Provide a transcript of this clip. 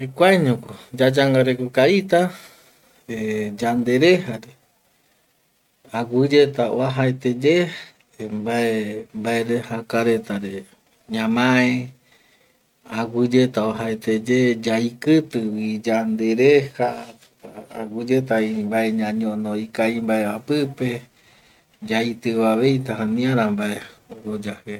Jekuaeñono yayangareko kavita "he" yande rejare, aguiyeta oajaete ye mbaerejaka retare ñamae, aguiyeta oajaeteye yaikitivi yandereja, aguiyetavi mbae ñañono mbae ikavimbaeva pipe yaitioaveita aniara mbae oya jeje